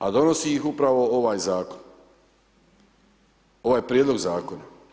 A donosi ih upravo ovih zakon, ovaj prijedlog zakona.